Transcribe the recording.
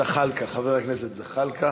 זחאלקה, חבר הכנסת זחאלקה,